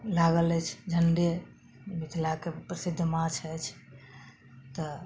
लागल अछि झण्डे मिथिलाके प्रसिद्ध माछ अछि तऽ